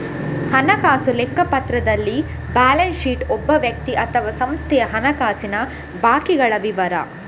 ಹಣಕಾಸು ಲೆಕ್ಕಪತ್ರದಲ್ಲಿ balance sheet ಒಬ್ಬ ವ್ಯಕ್ತಿ ಅಥವಾ ಸಂಸ್ಥೆಯ ಹಣಕಾಸಿನ ಬಾಕಿಗಳ ವಿವರ